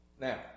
Now